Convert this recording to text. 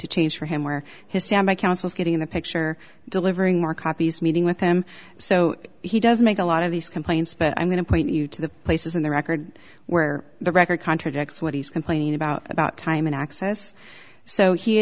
to change for him where his standby counsel is getting the picture delivering more copies meeting with him so he does make a lot of these complaints but i'm going to point you to the places in the record where the record contradicts what he's complaining about about time and access so he